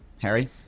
Harry